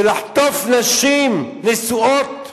ולחטוף נשים נשואות מבתיהן,